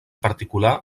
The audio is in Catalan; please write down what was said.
particular